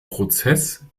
prozess